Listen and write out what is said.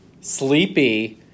sleepy